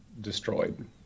destroyed